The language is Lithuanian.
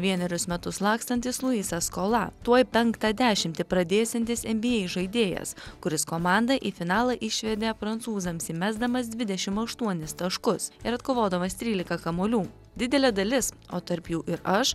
vienerius metus lakstantys luisas skola tuoj penktą dešimtį pradėsiantis en bį ei žaidėjas kuris komandą į finalą išvedė prancūzams įmesdamas dvidešimt aštuonis taškus ir atkovodamas trylika kamuolių didelė dalis o tarp jų ir aš